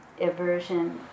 aversion